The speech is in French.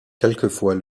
quelquefois